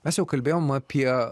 mes jau kalbėjom apie